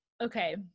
Okay